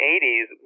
80s